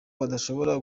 badashobora